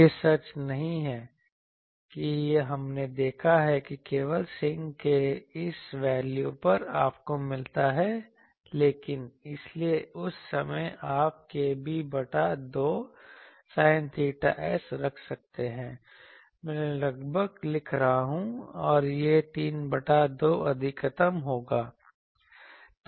यह सच नहीं है कि हमने देखा है कि केवल sinc के इस वैल्यू पर आपको मिलता है लेकिन इसलिए उस समय आप kb बटा 2 sin𝚹s रख सकते हैं मैं लगभग लिख रहा हूं और यह 3 बटा 2 अधिकतम होगा